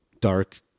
dark